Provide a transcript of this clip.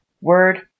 word